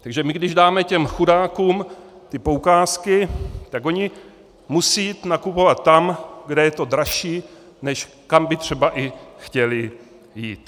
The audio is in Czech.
Takže my když dáme těm chudákům ty poukázky, tak oni musí jít nakupovat tam, kde je to dražší, než kam by třeba i chtěli jít.